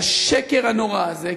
לשקר הנורא הזה,